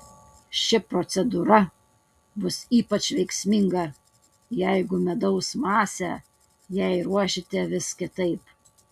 ši procedūra bus ypač veiksminga jeigu medaus masę jai ruošite vis kitaip